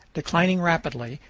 declining rapidly,